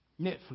Netflix